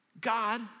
God